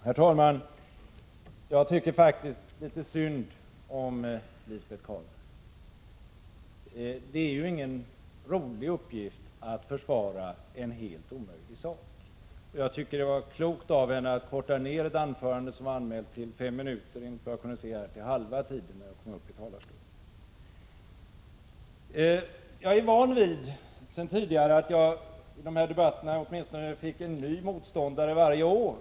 Herr talman! Jag tycker faktiskt litet synd om Lisbet Calner. Det är ingen rolig uppgift att försvara en helt omöjlig sak, så jag tycker det var klokt av henne att avkorta sitt anförande, som var anmält att vara fem minuter, till halva tiden när hon kom upp i talarstolen. Jag är van vid sedan tidigare att i dessa debatter åtminstone få en ny motståndare varje år.